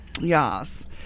Yes